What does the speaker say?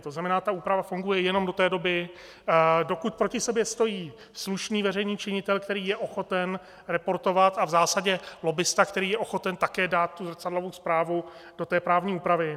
To znamená, ta úprava funguje jenom do té doby, dokud proti sobě stojí slušný veřejný činitel, který je ochoten reportovat, a v zásadě lobbista, který je ochoten také dát zrcadlovou zprávu do té právní úpravy.